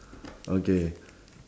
okay